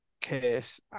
case